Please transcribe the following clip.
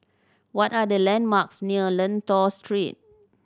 what are the landmarks near Lentor Street